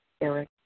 Eric